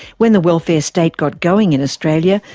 when the welfare state got going in australia,